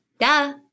duh